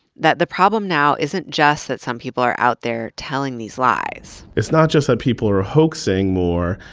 that the problem now isn't just that some people are out there telling these lies. it's not just that people are hoaxing more.